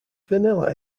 vanilla